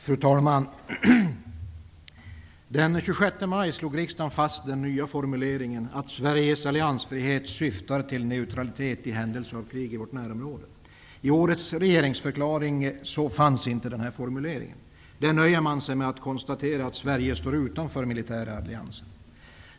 Fru talman! Den 26 maj slog riksdagen fast den nya formuleringen att Sveriges alliansfrihet syftar till neutralitet i händelse av krig i vårt närområde. I årets regeringsförklaring finns inte den formuleringen. Där nöjer man sig med att konstatera att Sverige står utanför militära allianser.